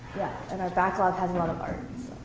and our backlog has a lot of art.